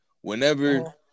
whenever